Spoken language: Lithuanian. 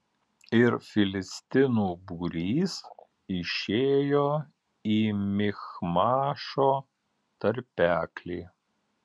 ir filistinų būrys išėjo į michmašo tarpeklį